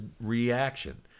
reaction